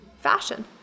fashion